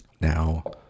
now